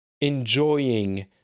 enjoying